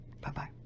bye-bye